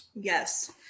Yes